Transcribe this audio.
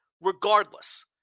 regardless